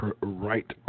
right